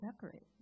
separate